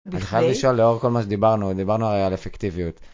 ‫אני חייב לשאול לאור כל מה שדיברנו, ‫דיברנו הרי על אפקטיביות.